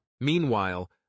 Meanwhile